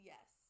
Yes